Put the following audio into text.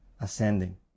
ascending